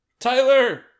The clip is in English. Tyler